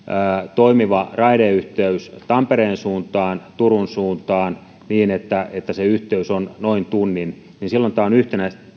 toimivat raideyhteydet tampereen suuntaan ja turun suuntaan niin että että se yhteys on noin tunnin silloin tämä on yhtenäistä